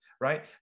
Right